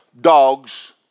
Dogs